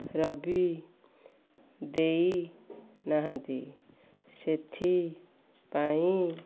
ରବି ଦେଇନାହାନ୍ତି ସେଥିପାଇଁ